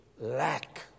Lack